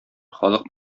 халык